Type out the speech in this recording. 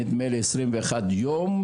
נדמה לי עשרים ואחד יום,